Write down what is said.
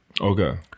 okay